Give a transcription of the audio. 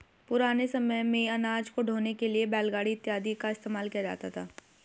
पुराने समय मेंअनाज को ढोने के लिए बैलगाड़ी इत्यादि का इस्तेमाल किया जाता था